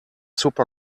super